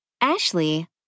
Ashley